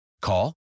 Call